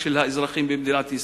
של האזרחים במדינת ישראל.